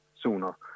sooner